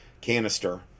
canister